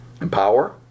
Empower